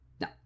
No